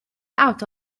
out